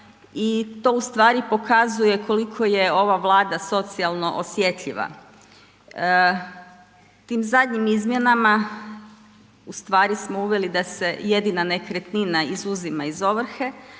i to pokazuje koliko je ova Vlada socijalno osjetljiva. Tim zadnjim izmjenama uveli smo da se jedina nekretnina izuzima iz ovrhe,